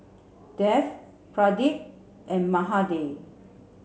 Dev Pradip and Mahade